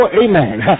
amen